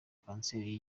kanseri